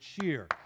cheer